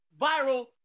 viral